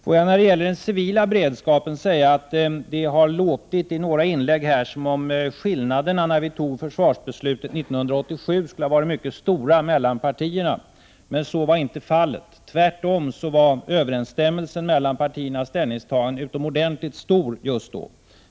Får jag när det gäller den civila beredskapen säga att det i några inlägg har låtit som om skillnaderna mellan partierna när vi tog försvarsbeslutet 1987 skulle ha varit mycket stora, men så var inte fallet. Tvärtom var överensstämmelsen mellan partiernas ställningstaganden utomordentligt stor just då.